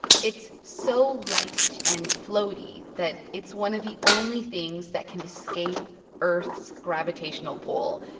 it's so light and floaty that it's one of the only things that can escape earth's gravitational pull.